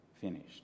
finished